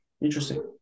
Interesting